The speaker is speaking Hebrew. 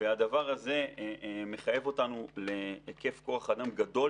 והדבר הזה מחייב אותנו להיקף כוח אדם גדול